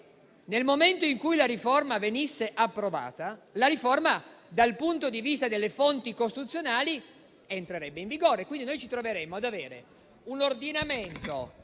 Nel momento in cui la riforma venisse approvata, dal punto di vista delle fonti costituzionali entrerebbe in vigore, quindi ci troveremmo ad avere un ordinamento